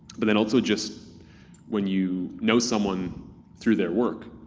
but then also just when you know someone through their work,